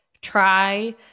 try